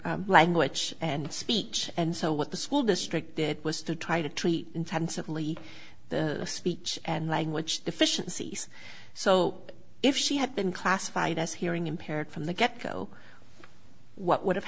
language and speech and so what the school district did was to try to treat intensively the speech and language deficiencies so if she had been classified as hearing impaired from the get go what would have